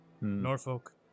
Norfolk